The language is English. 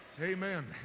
Amen